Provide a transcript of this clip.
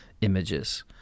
images